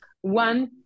one